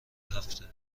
هفته